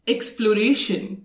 Exploration